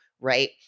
right